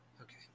Okay